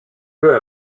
peu